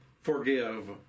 forgive